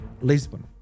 Lisbon